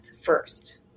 first